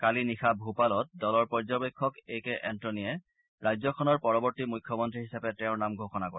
কালি নিশা ভূপালত দলৰ পৰ্যবেক্ষক এ কে এণ্টনীয়ে ৰাজ্যখনৰ পৰৱৰ্তী মুখ্যমন্ত্ৰী হিচাপে তেওঁৰ নাম ঘোষণা কৰে